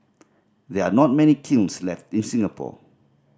there are not many kilns left in Singapore